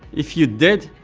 if you did,